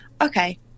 okay